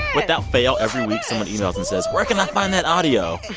without fail, every week, someone emails and says, where can i find that audio?